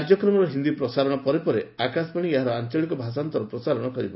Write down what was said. କାର୍ଯ୍ୟକ୍ରମର ହିନ୍ଦୀ ପ୍ରସାରଣ ପରେ ପରେ ଆକାଶବାଶୀ ଏହାର ଆଞ୍ଞଳିକ ଭାଷାନ୍ତର ପ୍ରସାରଣ କରିବ